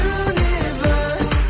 universe